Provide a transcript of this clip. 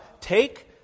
Take